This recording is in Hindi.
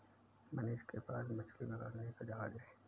मनीष के पास मछली पकड़ने का जहाज है